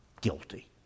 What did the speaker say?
guilty